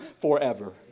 forever